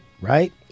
Right